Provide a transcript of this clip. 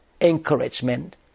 encouragement